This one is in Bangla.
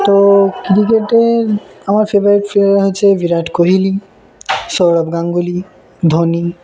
তো ক্রিকেটের আমার ফেভারিট প্লেয়ার হচ্ছে বিরাট কোহলি সৌরভ গাঙ্গুলি ধোনি